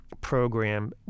program